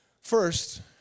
First